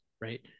right